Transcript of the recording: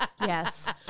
Yes